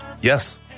Yes